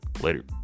Later